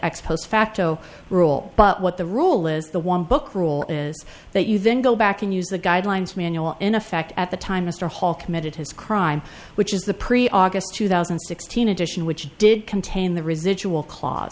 ex post facto rule but what the rule is the one book rule is that you then go back and use the guidelines manual in effect at the time mr hall committed his crime which is the pre august two thousand and sixteen edition which did contain the residual cla